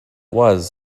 was